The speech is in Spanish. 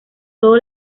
todo